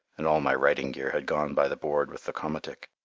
and all my writing gear had gone by the board with the komatik.